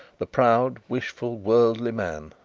the proud, wishful, worldly man,